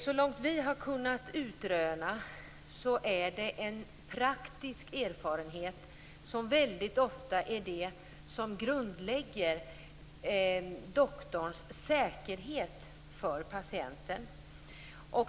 Så långt vi har kunnat utröna är det en praktiskt erfarenhet som väldigt ofta grundlägger doktorns säkerhet inför patienten.